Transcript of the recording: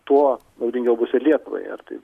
tuo naudingiau bus ir lietuvai ar tai